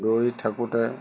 দৌৰি থাকোঁতে